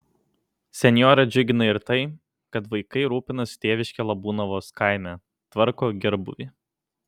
senjorę džiugina ir tai kad vaikai rūpinasi tėviške labūnavos kaime tvarko gerbūvį